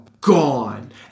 gone